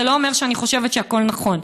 זה לא אומר שאני חושבת שהכול נכון.